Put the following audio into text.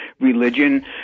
religion